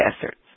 deserts